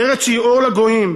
ארץ שהיא אור לגויים,